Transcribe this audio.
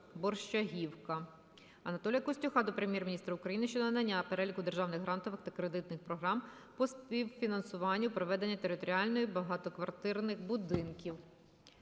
Борщагівка. Анатолія Костюха до Прем'єр-міністра України щодо надання переліку державних грантових та кредитних програм по співфінансуванню проведення територіальної… багатоквартирних будинків.